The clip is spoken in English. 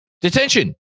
Detention